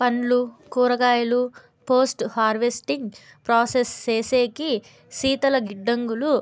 పండ్లు కూరగాయలు post harvesting process సేసేకి శీతల గిడ్డంగులు